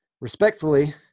respectfully